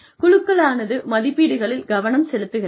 குழுக்களானது மதிப்பீடுகளில் கவனம் செலுத்துகிறது